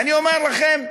ואני אומר לכם,